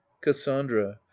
Cassandra